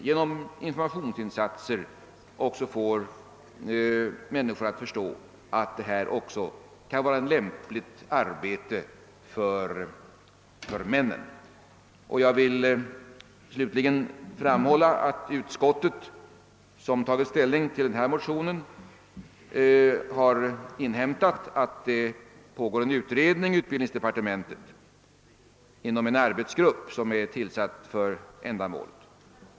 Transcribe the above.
Genom informationsinsatser bör vi kunna bringa människor att förstå att detta också kan vara ett lämpligt arbete för männen. Jag vill slutligen framhålla att utskottet, som tagit ställning till det nämnda motionsparet, har inhämtat att det pågår en utredning i utbildningsdepartementet inom en arbetsgrupp som är tillsatt för ändamålet.